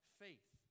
faith